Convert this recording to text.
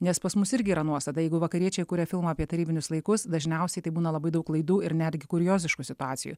nes pas mus irgi yra nuostata jeigu vakariečiai kuria filmą apie tarybinius laikus dažniausiai tai būna labai daug klaidų ir netgi kurioziškų situacijų